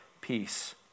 peace